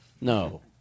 No